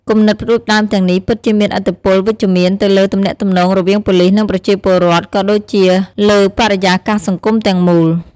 គំនិតផ្តួចផ្តើមទាំងនេះពិតជាមានឥទ្ធិពលវិជ្ជមានទៅលើទំនាក់ទំនងរវាងប៉ូលិស និងប្រជាពលរដ្ឋ ក៏ដូចជាលើបរិយាកាសសង្គមទាំងមូល។